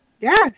yes